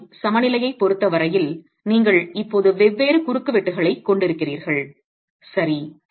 சுமை சமநிலையைப் பொறுத்த வரையில் நீங்கள் இப்போது வெவ்வேறு குறுக்குவெட்டுகளைக் கொண்டிருக்கிறீர்கள் சரி